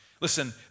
Listen